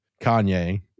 Kanye